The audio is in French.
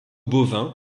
bovin